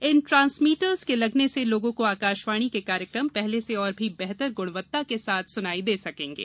इन transmitter के लगने से लोगों को आकाशवाणी के कार्यक्रम पहले से और भी बेहतर गुणवत्ता के साथ सुनाई दे सकेंगे